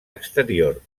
exterior